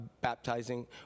baptizing